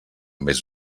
més